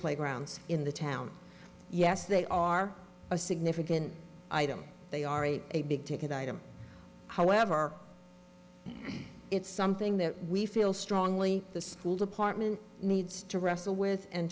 playgrounds in the town yes they are a significant item they are it a big ticket item however it's something that we feel strongly the school department needs to wrestle with and